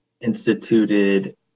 instituted